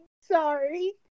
Sorry